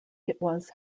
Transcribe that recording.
was